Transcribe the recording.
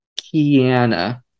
kiana